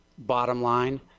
bottom line,